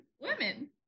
women